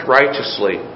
righteously